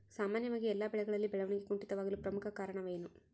ಸಾಮಾನ್ಯವಾಗಿ ಎಲ್ಲ ಬೆಳೆಗಳಲ್ಲಿ ಬೆಳವಣಿಗೆ ಕುಂಠಿತವಾಗಲು ಪ್ರಮುಖ ಕಾರಣವೇನು?